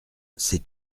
sais